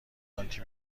آنتی